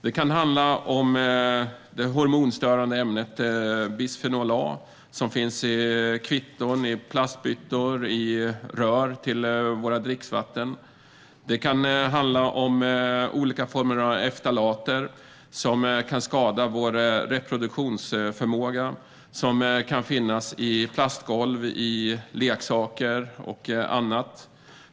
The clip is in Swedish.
Det kan handla om det hormonstörande ämnet bisfenol A, som finns i kvitton, plastbyttor och rör till vårt dricksvatten. Det kan handla om olika former av ftalater, som kan skada vår reproduktionsförmåga och som kan finnas i plastgolv, leksaker och annat.